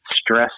stress